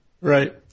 Right